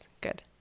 good